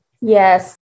yes